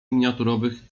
miniaturowych